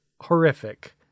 horrific